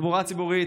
תחבורה ציבורית,